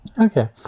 Okay